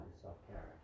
self-care